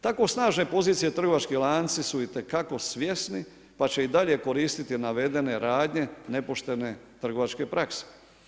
Tako snažne pozicije trgovački lanci su itekako svjesni pa će i dalje koristiti navedene radnje nepoštene trgovačke prakse.